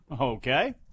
Okay